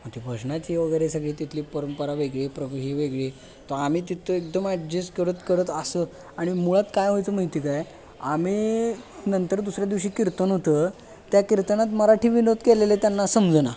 मग ती भजनाची वगैरे सगळी तिथली परंपरा वेगळी प्रकृती वेगळी तर आम्ही तिथं एकदम ॲडजेस्ट करत करत असं आणि मुळात काय व्हायचंं माहिती काय आम्ही नंतर दुसऱ्या दिवशी कीर्तन होतं त्या कीर्तनात मराठी विनोद केलेले त्यांना समजेना